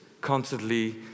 constantly